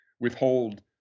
withhold